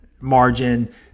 margin